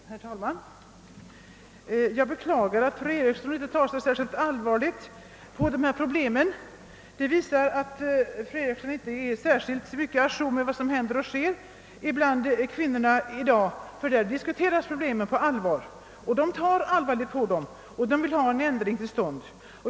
Herr talman! Jag beklagar att fru Eriksson i StockHolm inte tar så särskilt allvarligt på dessa problem. Det visar att fru Eriksson inte är särskilt å jour med vad som händer och sker bland kvinnorna i dag. Där diskuteras problemen på allvar. Man vill ha en ändring till stånd.